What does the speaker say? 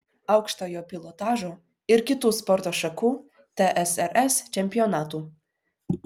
aukštojo pilotažo ir kitų sporto šakų tsrs čempionatų